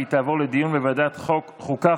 והיא תעבור לדיון בוועדת החוקה,